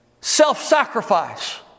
Self-sacrifice